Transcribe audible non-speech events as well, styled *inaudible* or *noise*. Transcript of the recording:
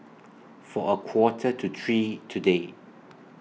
*noise* For A Quarter to three today